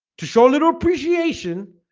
to show a little appreciation